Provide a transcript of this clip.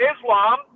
Islam